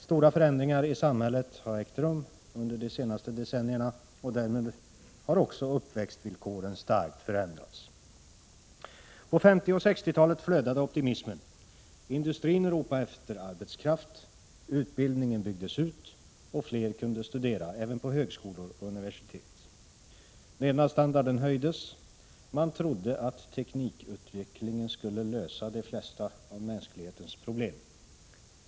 Stora förändringar i samhället har ägt rum under de senaste decennierna och därmed har också uppväxtvillkoren starkt förändrats. På 1950 och 1960-talen flödade optimismen. Industrin ropade efter arbetskraft. Utbildningen byggdes ut, och fler kunde studera, även på högskolor och universitet. Levnadsstandarden höjdes. Man trodde att teknikutvecklingen skulle lösa de flesta av mänsklighetens problem.